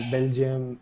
Belgium